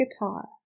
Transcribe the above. guitar